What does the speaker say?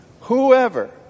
Whoever